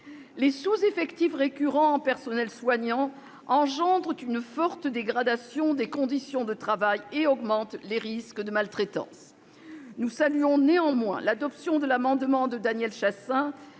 Les sous-effectifs récurrents en personnel soignant engendrent une forte dégradation des conditions de travail et augmentent les risques de maltraitance. Nous saluons néanmoins l'adoption de l'amendement de Daniel Chasseing